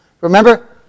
Remember